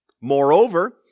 Moreover